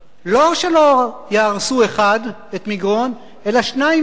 לא רק שלא יהרסו אחד, את מגרון, אלא שניים ייבנו.